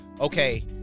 Okay